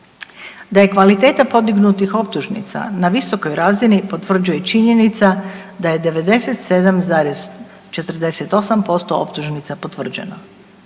Da je kvaliteta podignutih optužnica na visokoj razini potvrđuje i činjenica da je 97,48% optužnica potvrđeno.